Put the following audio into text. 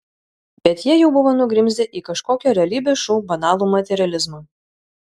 bet jie jau buvo nugrimzdę į kažkokio realybės šou banalų materializmą